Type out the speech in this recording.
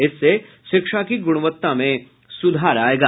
इससे शिक्षा की गुणवत्ता में सुधार आयेगा